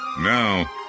Now